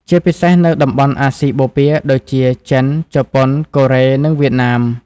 ជាពិសេសនៅតំបន់អាស៊ីបូព៌ាដូចជា ចិន ជប៉ុន កូរ៉េ និងវៀតណាម។